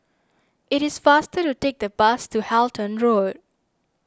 it is faster to take the bus to Halton Road